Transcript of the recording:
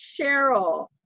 Cheryl